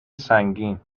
سنگین